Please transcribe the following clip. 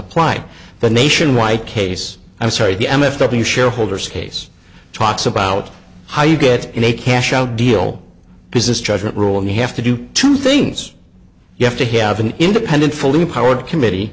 apply the nationwide case i'm sorry the n s w shareholders case talks about how you get in a cash out deal business judgment rule and they have to do two things you have to have an independent fully empowered committee